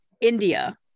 India